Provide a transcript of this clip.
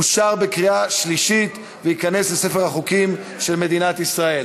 אושר בקריאה שלישית וייכנס לספר החוקים של מדינת ישראל.